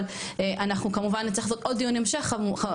אבל אנחנו כמובן נצטרך לעשות עוד דיון המשך חברים,